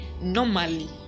normally